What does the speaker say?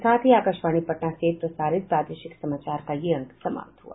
इसके साथ ही आकाशवाणी पटना से प्रसारित प्रादेशिक समाचार का ये अंक समाप्त हुआ